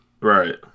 Right